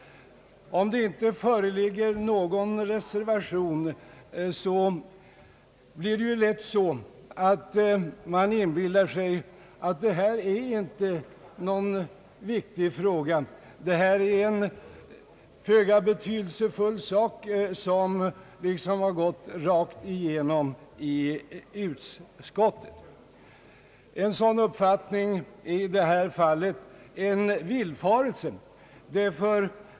Om det inte föreligger någon reservation inbillar man sig lätt att det inte gäller någon viktig fråga; att det är ett föga betydelsefullt ärende som liksom har gått rakt igenom behandlingen i utskottet. En sådan uppfattning är i detta fall en villfarelse.